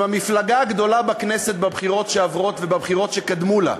אם המפלגה הגדולה בכנסת בבחירות שעברו ובבחירות שקדמו לה,